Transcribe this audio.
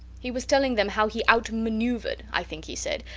he was telling them how he outmanoeuvred, i think he said,